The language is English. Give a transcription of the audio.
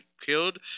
killed